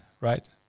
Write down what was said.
Right